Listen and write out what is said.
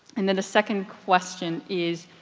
and then the second question is,